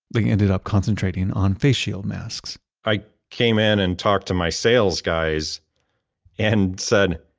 they ended up concentrating on face shield masks i came in and talked to my sales guys and said,